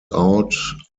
out